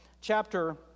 chapter